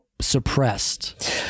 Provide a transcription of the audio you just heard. suppressed